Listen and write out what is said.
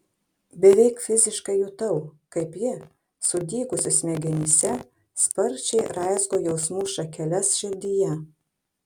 beveik fiziškai jutau kaip ji sudygusi smegenyse sparčiai raizgo jausmų šakeles širdyje